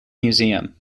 museum